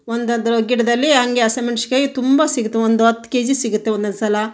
ಒಂದು ಅದ್ರ ಗಿಡದಲ್ಲಿ ಹಾಗೆ ಹಸಿಮೆಣ್ಶಿಕಾಯಿ ತುಂಬ ಸಿಗುತ್ತೆ ಒಂದು ಹತ್ತು ಕೆಜಿ ಸಿಗುತ್ತೆ ಒಂದೊಂದು ಸಲ